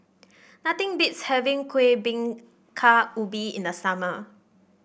nothing beats having Kuih Bingka Ubi in the summer